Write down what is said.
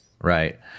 right